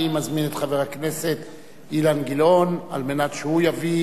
אני מזמין את חבר הכנסת אילן גילאון על מנת שהוא יביא